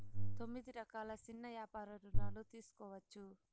తొమ్మిది రకాల సిన్న యాపార రుణాలు తీసుకోవచ్చు